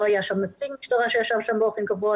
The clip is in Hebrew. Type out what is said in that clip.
לא היה שם נציג משטרה שישב שם באופן קבוע,